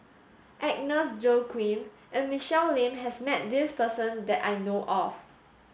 Agnes Joaquim and Michelle Lim has met this person that I know of